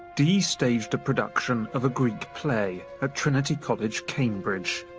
dee staged a production of a greek play at trinity college, cambridge.